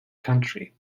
country